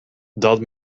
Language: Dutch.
dat